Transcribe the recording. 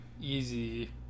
easy